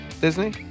Disney